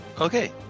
Okay